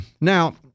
Now